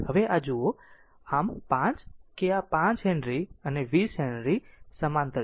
હવે આ જુઓ આમ 5 કે આ 5 હેનરી અને 20 હેનરી સમાંતર છે